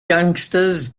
gangsters